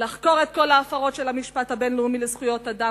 לחקור את כל ההפרות של המשפט הבין-לאומי לזכויות אדם